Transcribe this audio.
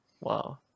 Wow